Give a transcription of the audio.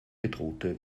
bedrohte